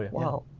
yeah wow.